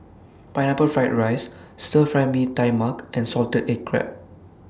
Pineapple Fried Rice Stir Fry Mee Tai Mak and Salted Egg Crab